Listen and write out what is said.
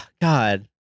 God